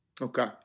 Okay